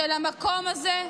של המקום הזה?